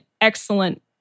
excellent